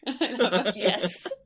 yes